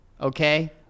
Okay